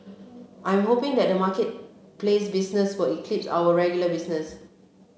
I'm hoping that the marketplace business will eclipse our regular business